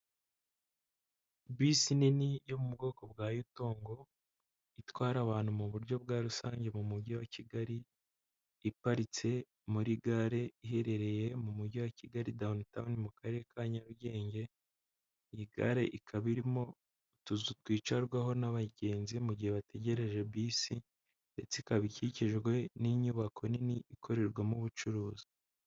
Bisi nini yo mu bwoko bwa yotongo itwara abantu mu buryo bwa rusange mu mujyi wa kigali iparitse muri gare iherereye mu mujyi wa kigali downtown mu karere ka nyarugenge iyi gare ikaba irimo utuzu twicarwaho nabagenzi mu gihe bategereje bisi ndetse ikaba ikikijwe n'inyubako nini ikorerwamo ubucuruzi.